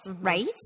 right